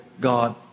God